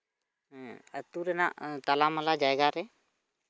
ᱟᱹᱛᱩ ᱨᱮᱱᱟᱜ ᱛᱟᱞᱟᱢᱟᱞᱟ ᱡᱟᱭᱜᱟ ᱨᱮ